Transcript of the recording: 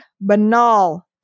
banal